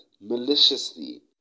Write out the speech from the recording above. maliciously